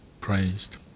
praised